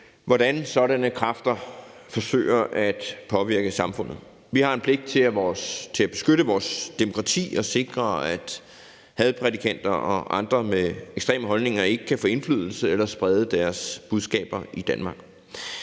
hvordan sådanne kræfter forsøger at påvirke samfundet. Vi har en pligt til at beskytte vores demokrati og sikre, at hadprædikanter og andre med ekstreme holdninger ikke kan få indflydelse eller sprede deres budskaber i Danmark.